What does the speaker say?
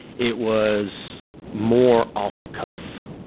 it was more off the cuff.